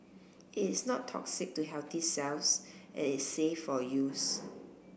it is not toxic to healthy cells and is safe for use